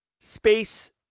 Space